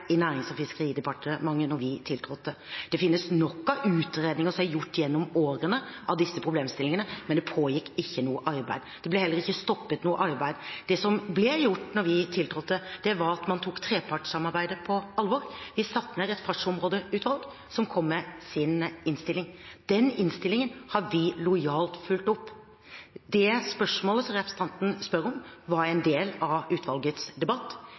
i Nærings- og fiskeridepartementet da vi tiltrådte. Det finnes nok av utredninger som er gjort gjennom årene av disse problemstillingene, men det pågikk ikke noe arbeid. Det ble heller ikke stoppet noe arbeid. Det som ble gjort da vi tiltrådte, var at man tok trepartssamarbeidet på alvor. Vi satte ned et fartsområdeutvalg, som kom med sin innstilling. Den innstillingen har vi lojalt fulgt opp. Det spørsmålet som representanten stiller, var en del av utvalgets debatt.